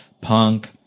punk